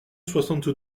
soixante